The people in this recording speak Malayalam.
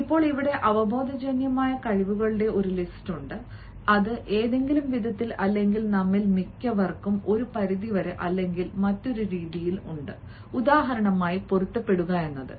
ഇപ്പോൾ ഇവിടെ അവബോധജന്യമായ കഴിവുകളുടെ ഒരു ലിസ്റ്റ് ഉണ്ട് അത് ഏതെങ്കിലും വിധത്തിൽ അല്ലെങ്കിൽ നമ്മിൽ മിക്കവർക്കും ഒരു പരിധിവരെ അല്ലെങ്കിൽ മറ്റൊന്ന് ഉദാഹരണമായി പൊരുത്തപ്പെടുത്തൽ